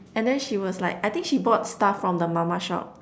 and then she was like I think she bought stuff from the mama shop